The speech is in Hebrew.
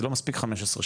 זה לא מספיק 15 שנים.